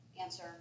Answer